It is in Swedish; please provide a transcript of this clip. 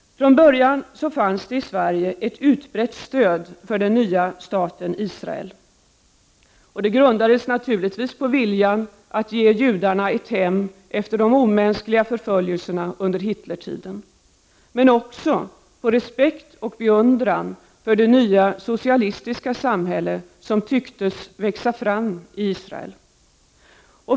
Från början fanns i Sverige ett utbrett stöd för den nya staten Israel. Det grundades naturligtvis på viljan att ge judarna ett hem efter de omänskliga förföljelserna under Hitlertiden, men också på respekt och beundran för det nya, socialistiska samhälle som tycktes växa fram i Israel.